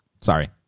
Sorry